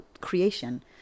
creation